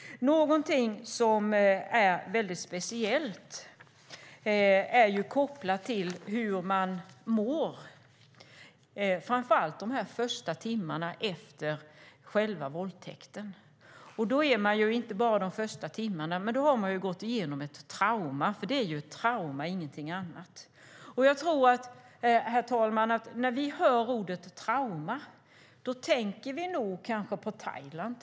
Något som är väldigt speciellt är detta med hur man mår, speciellt de första timmarna efter själva våldtäkten. Man har gått igenom ett trauma. När vi hör ordet "trauma" tänker vi kanske på Thailand.